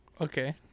Okay